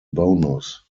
bonus